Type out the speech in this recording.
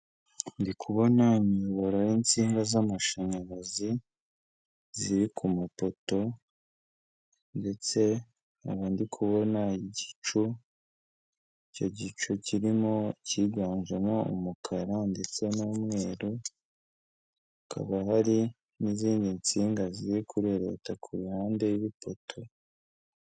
Ndi kubona imiyoboro y'insinga z'amashanyarazi ziri ku mapoto. Ndetse nkaba ndi kubona igicu, icyo gicu kirimo cyiganjemo umukara ndetse n'umweru, hakaba hari n'izindi nsinga ziri kurereta ku ruhande rw'ipoto.